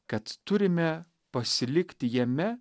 kad turime pasilikti jame